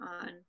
on